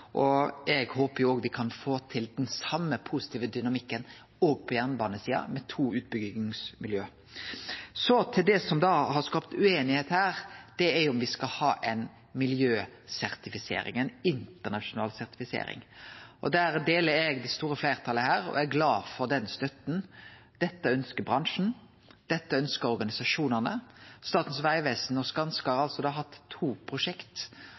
har skapt ueinigheit her, og det er om me skal ha ei miljøsertifisering, ei internasjonal sertifisering. Der deler eg synet til det store fleirtalet her og er glad for den støtta. Dette ønskjer bransjen, dette ønskjer organisasjonane. Statens vegvesen og Skanska har hatt to prosjekt,